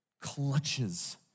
clutches